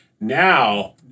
now